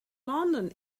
london